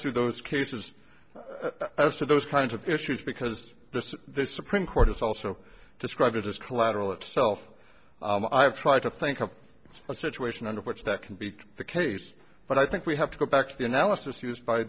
to those cases as to those kinds of issues because the supreme court has also described it as collateral itself i have tried to think of a situation under which that can be the case but i think we have to go back to the analysis used by